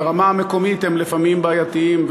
ברמה המקומית הם לפעמים בעייתיים,